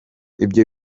ibyo